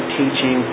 teaching